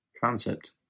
concept